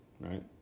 right